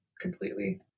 completely